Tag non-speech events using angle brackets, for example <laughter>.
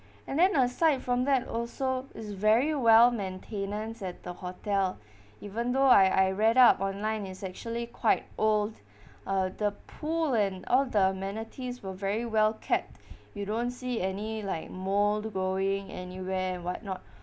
and then aside from that also is very well maintenance at the hotel <breath> even though I I read up online is actually quite old uh the pool and all the amenities were very well kept you don't see any like mold growing anywhere and what not